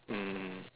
mm